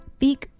big